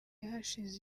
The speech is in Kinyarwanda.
hashize